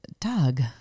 Doug